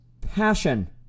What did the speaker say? Passion